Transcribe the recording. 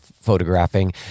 photographing